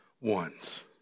ones